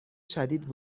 شدید